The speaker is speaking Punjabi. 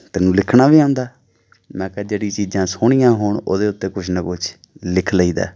ਤੈਨੂੰ ਲਿਖਣਾ ਵੀ ਆਉਂਦਾ ਮੈਂ ਕਿਹਾ ਜਿਹੜੀ ਚੀਜ਼ਾਂ ਸੋਹਣੀਆਂ ਹੋਣ ਉਹਦੇ ਉੱਤੇ ਕੁਛ ਨਾ ਕੁਛ ਲਿਖ ਲਈਦਾ